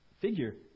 figure